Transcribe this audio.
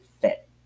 fit